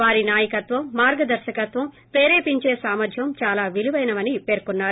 వారి నాయకత్వం మార్గదర్శకత్వం ప్రేరేపించే సామర్యం దాలా విలువైనవని పేర్కొన్నారు